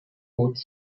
haute